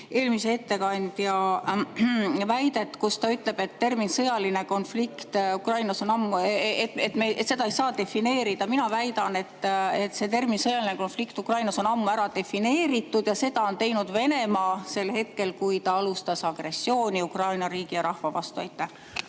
eelmise ettekandja väidet, et terminit "sõjaline konflikt Ukrainas" ei saa defineerida. Mina väidan, et termin "sõjaline konflikt Ukrainas" on ammu ära defineeritud ja seda on teinud Venemaa sel hetkel, kui ta alustas agressiooni Ukraina riigi ja rahva vastu. Aitäh!